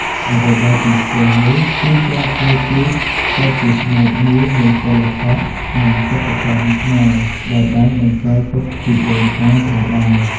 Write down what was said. អ្វីដែលពិសេសនោះគឺការធ្វើទូកក៏ជាផ្នែកមួយនៃសិល្បៈ និងសិប្បកម្មខ្មែរ ដែលបានបន្សល់ទុកពីដូនតាផងដែរ។